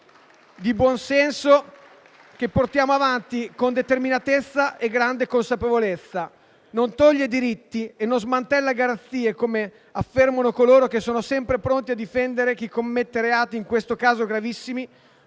di buonsenso, che portiamo avanti con determinazione e grande consapevolezza. Il provvedimento non toglie diritti e non smantella garanzie, come affermano coloro che sono sempre pronti a difendere chi commette reati, in questo caso gravissimi.